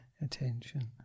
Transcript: attention